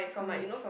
(uh huh)